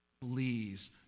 Please